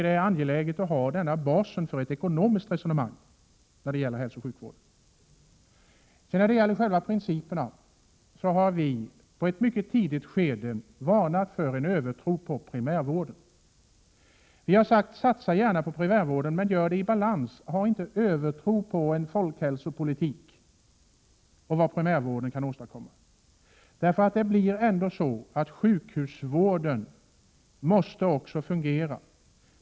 Det är angeläget att ha denna bas för ett ekonomiskt resonemang om hälsooch sjukvården. När det gäller själva principerna har vi moderater i ett mycket tidigt skede varnat för en övertro på primärvården. Vi har sagt: Satsa gärna på primärvården, men gör det i balans, och ha inte en övertro på en folkhälsopolitik och på vad primärvården kan åstadkomma! Det blir ändå så att sjukhusvården måste fungera.